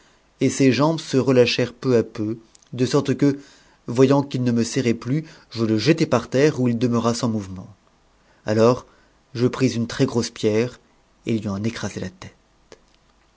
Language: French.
et ses jambes se relâchèrent peu à peu sorte que voyant qu'il ne me serrait plus je le jetai par terre où itd meura sans mouvement alors je pris une très-grosse pierre etlui eu sai la tête